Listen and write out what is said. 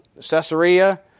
Caesarea